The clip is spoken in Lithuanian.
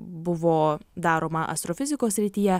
buvo daroma astrofizikos srityje